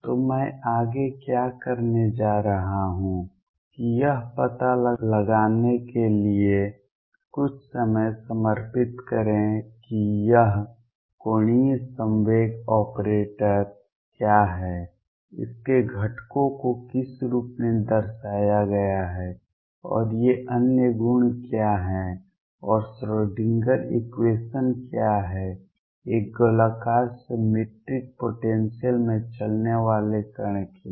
तो मैं आगे क्या करने जा रहा हूं की यह पता लगाने के लिए कुछ समय समर्पित करें कि यह कोणीय संवेग ऑपरेटर क्या है इसके घटकों को किस रूप में दर्शाया गया है और ये अन्य गुण क्या हैं और श्रोडिंगर इक्वेशन Schrödinger equation क्या है एक गोलाकार सिमेट्रिक पोटेंसियल में चलने वाले कण के लिए